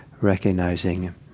recognizing